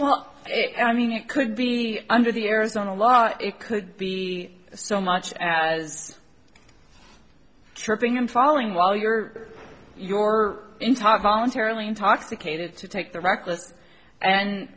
well i mean it could be under the arizona law it could be so much as tripping and falling while your your in talking on terribly intoxicated to take the reckless and